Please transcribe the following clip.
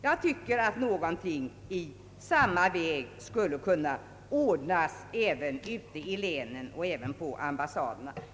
Jag tycker att någonting i samma väg skulle kunna ordnas även ute i länen och på ambassaderna.